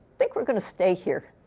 think we're going to stay here.